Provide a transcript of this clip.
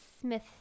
smith